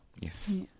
Yes